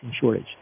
shortage